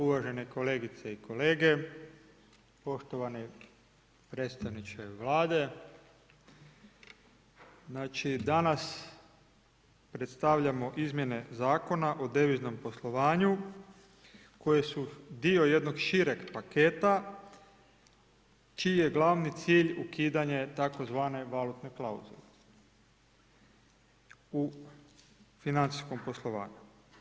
Uvažene kolegice i kolege, poštovani predstavniče Vlade, znači, danas, predstavljamo izmjene Zakona o deviznom poslovanju, koji su dio jednog šireg paketa, čiji je glavni cilj ukidanje tzv. valutne klauzule u financijskom poslovanju.